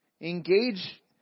engage